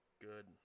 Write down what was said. good